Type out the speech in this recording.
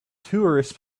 tourists